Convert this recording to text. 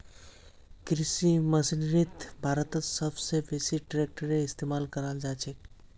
कृषि मशीनरीत भारतत सब स बेसी ट्रेक्टरेर इस्तेमाल कराल जाछेक